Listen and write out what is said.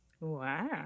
Wow